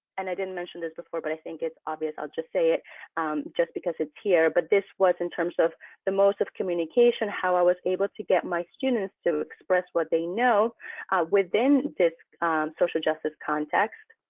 and i didn't mention this before, but i think it's obvious. i'll just say it just because it's here. but this was in terms of the most of communication, how i was able to get my students to express what they know within this social justice context